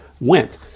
went